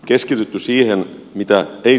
keskitytty siihen mitä ei